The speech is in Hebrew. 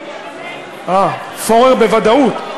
פוֹרר בוודאות.